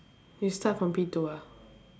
you start from P two ah